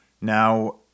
Now